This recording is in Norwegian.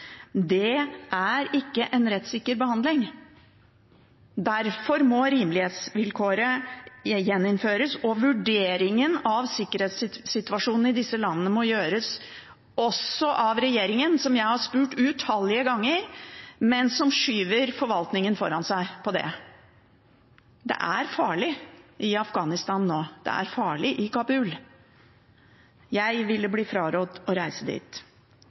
Det er ikke en rettssikker behandling. Derfor må rimelighetsvilkåret gjeninnføres, og vurderingen av sikkerhetssituasjonen i disse landene må gjøres også av regjeringen, som jeg har spurt utallige ganger, men som skyver forvaltningen foran seg på det. Det er farlig i Afghanistan nå. Det er farlig i Kabul. Jeg ville blitt frarådd å reise dit.